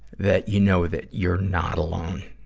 that you know that you're not alone.